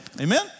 Amen